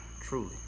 truly